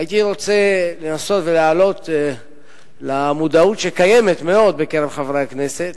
הייתי רוצה לנסות ולהעלות למודעות שקיימת מאוד בקרב חברי הכנסת,